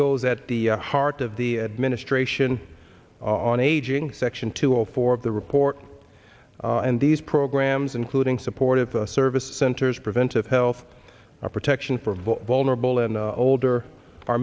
goes at the heart of the administration on aging section two zero four of the report and these programs including supportive service centers preventive health protection for vulnerable and older are